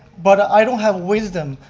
but i don't have wisdom,